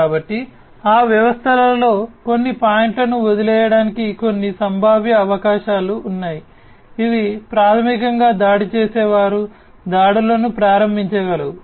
కాబట్టి ఆ వ్యవస్థలలో కొన్ని పాయింట్లను వదిలివేయడానికి కొన్ని సంభావ్య అవకాశాలు ఉన్నాయి ఇవి ప్రాథమికంగా దాడి చేసేవారు దాడులను ప్రారంభించగలవు